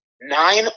Nine